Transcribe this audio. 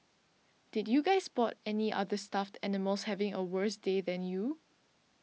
did you guys spot any other stuffed animals having a worse day than you